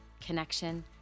connection